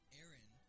Aaron